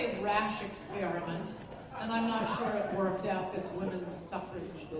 rash experiment and i'm not sure it worked out this women's suffrage